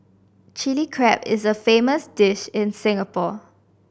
Chilli Crab is a famous dish in Singapore